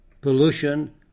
pollution